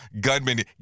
gunman